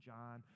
John